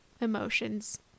emotions